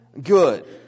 good